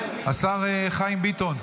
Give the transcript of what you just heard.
השר חיים ביטון,